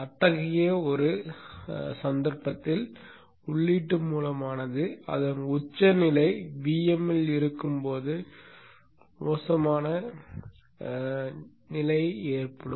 அத்தகைய ஒரு சந்தர்ப்பத்தில் உள்ளீட்டு மூலமானது அதன் உச்சநிலை Vm இல் இருக்கும் போது மோசமான நிலை ஏற்படும்